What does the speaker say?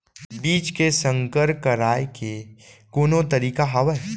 बीज के संकर कराय के कोनो तरीका हावय?